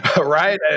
right